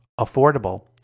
affordable